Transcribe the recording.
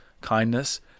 kindness